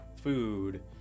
food